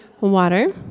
Water